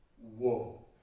Whoa